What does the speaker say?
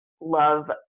love